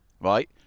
right